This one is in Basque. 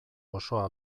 osoa